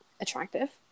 attractive